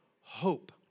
hope